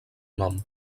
nom